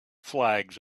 flags